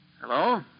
Hello